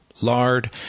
lard